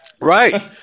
Right